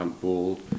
ball